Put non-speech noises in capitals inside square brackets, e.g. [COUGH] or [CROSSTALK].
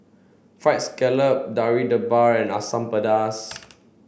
fried scallop [UNINTELLIGIBLE] Debal and Asam Pedas